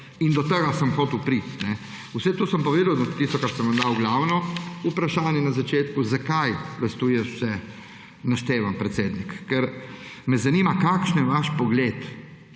In do tega sem hotel priti. Vse to sem povedal, tisto, kar sem vam dal glavno vprašanje na začetku, zakaj vse to jaz naštevam, predsednik, je, ker me zanima: Kakšen je vaš pogled